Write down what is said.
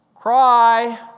Cry